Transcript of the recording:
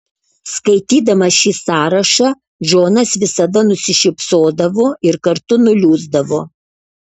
skaitydamas šį sąrašą džonas visada nusišypsodavo ir kartu nuliūsdavo